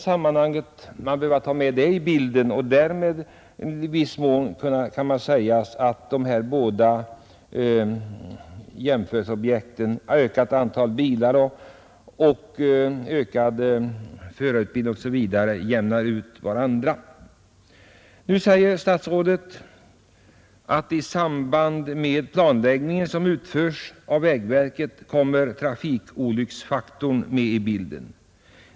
som äger rum; det ökade antalet bilar och den ökade förarutbildningen m.m. är två jämförelseobjekt som i viss mån uppvägar varandra. Statsrådet säger att i samband med den planläggning som utförs av vägverket kommer trafikolycksfaktorn med i bilden.